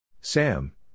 Sam